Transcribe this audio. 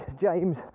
James